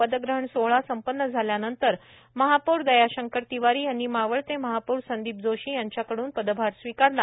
पदग्रहण सोहळा संपन्न झाल्यानंतर महापौर दयाशंकर तिवारी यांनी मावळते महापौर संदीप जोशी यांचा कडून पदभार स्वीकारला